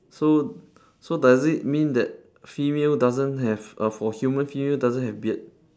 so so does it mean that female doesn't have a for human female doesn't have beard